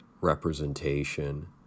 representation